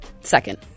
second